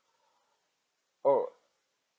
oh